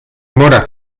mora